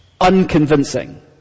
unconvincing